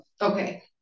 Okay